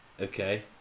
Okay